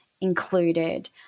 included